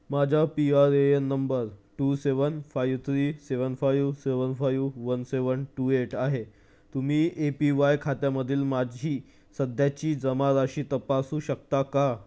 माझा P R A N number two seven five three seven five seven five one seven two eight आहे तुम्ही A P Y खात्यामधील माझी सध्याची जमाराशी तपासू शकता का